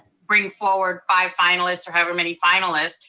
bring forward five finalists, or however many finalists.